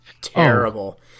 terrible